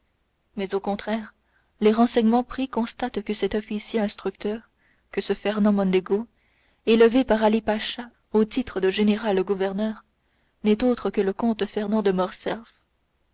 mais au contraire les renseignements pris constatent que cet officier instructeur que ce fernand mondego élevé par ali pacha au titre de général gouverneur n'est autre que le comte fernand de